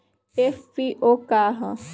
FPO का ह?